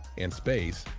in space,